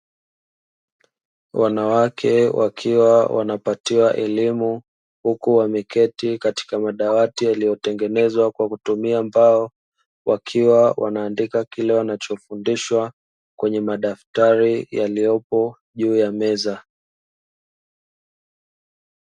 Wanawake wakiwa wanapatiwa elimu huku wameketi katika madawati yaliyotengenezwa kwa kutumia mbao wakiwa wanaandika kile wanachofundishwa kwenye madaftari yaliyopo juu ya meza.